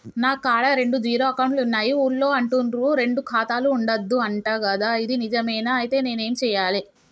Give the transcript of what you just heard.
నా కాడా రెండు జీరో అకౌంట్లున్నాయి ఊళ్ళో అంటుర్రు రెండు ఖాతాలు ఉండద్దు అంట గదా ఇది నిజమేనా? ఐతే నేనేం చేయాలే?